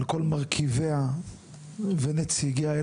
על כל מרכיביה ונציגיה, הם